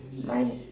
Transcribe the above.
mine